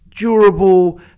durable